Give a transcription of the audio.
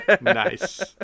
Nice